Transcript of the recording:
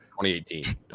2018